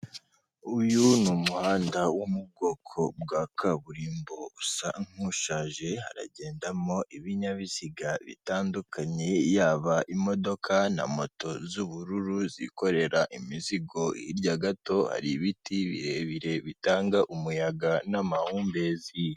Uyu ni umuhanda wo mu bwoko bwa kaburimbo usa nk'ushaje, haragendamo ibinyabiziga bitandukanye, yaba imodoka na moto z'ubururu zikorera imizigo, hirya gato hari ibiti birebire bitanga umuyaga n'amahumbezi.